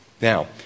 Now